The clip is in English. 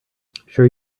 sure